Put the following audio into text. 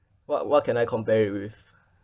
what what can I compare it with